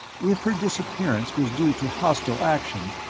if her disappearance was due to hostile action,